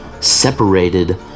separated